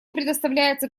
предоставляется